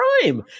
crime